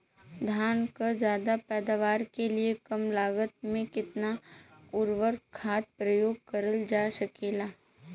धान क ज्यादा पैदावार के लिए कम लागत में कितना उर्वरक खाद प्रयोग करल जा सकेला?